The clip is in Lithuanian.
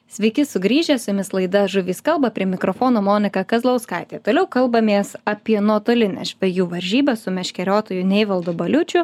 sveiki sugrįžę su jumis laida žuvys kalba prie mikrofono monika kazlauskaitė toliau kalbamės apie nuotolines žvejų varžybas su meškeriotoju neivaldu baliučiu